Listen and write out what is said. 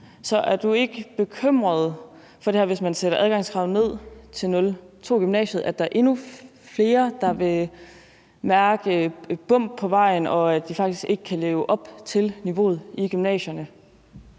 så er du ikke bekymret for, at hvis man sætter adgangskravet til gymnasiet ned til 02, vil der være endnu flere, der vil mærke et bump på vejen, og at de faktisk ikke kan leve op til niveauet i gymnasierne?